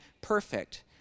perfect